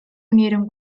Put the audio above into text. unieron